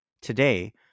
Today